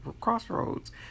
crossroads